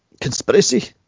conspiracy